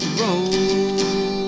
roll